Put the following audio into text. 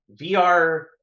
VR